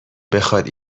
بخواد